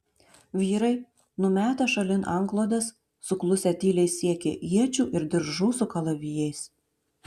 vyrai numetę šalin antklodes suklusę tyliai siekė iečių ir diržų su kalavijais